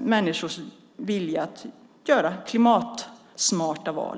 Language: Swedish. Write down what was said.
människors vilja att göra klimatsmarta val.